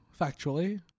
factually